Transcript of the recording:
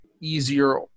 easier